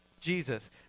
jesus